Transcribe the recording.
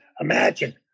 Imagine